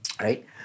right